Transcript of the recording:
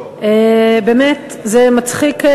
באמת זה מצחיק.